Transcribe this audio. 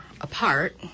apart